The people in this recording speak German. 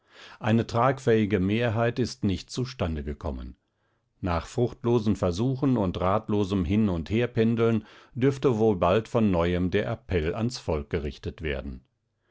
eine tragfähige mehrheit ist nicht zu stande gekommen nach fruchtlosen versuchen und ratlosem hinundherpendeln dürfte wohl bald von neuem der appell ans volk gerichtet werden